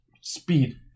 speed